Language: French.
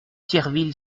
thierville